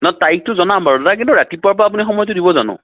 নহয় তাৰিখটো জনাম বাৰু দাদা কিন্তু ৰাতিপুৱাৰপৰা আপুনি সময়টো দিব জানো